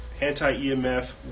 anti-EMF